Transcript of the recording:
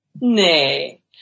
Nay